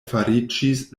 fariĝis